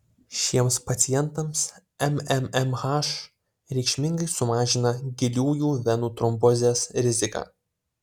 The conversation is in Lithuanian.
šiems pacientams mmmh reikšmingai sumažina giliųjų venų trombozės riziką